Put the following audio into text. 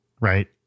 right